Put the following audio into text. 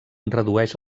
redueix